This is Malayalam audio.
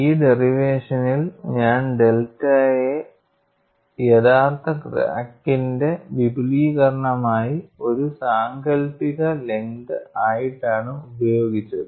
ഈ ഡെറിവേഷനിൽ ഞാൻ ഡെൽറ്റയെ യഥാർത്ഥ ക്രാക്കിന്റെ വിപുലീകരണമായി ഒരു സാങ്കൽപ്പിക ലെങ്ത് ആയിട്ടാണ് ഉപയോഗിച്ചത്